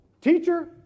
Teacher